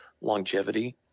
longevity